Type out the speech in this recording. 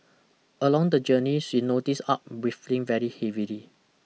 along the journey she noticed Aw breathing very heavily